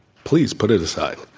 please, put it aside.